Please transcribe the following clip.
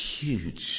huge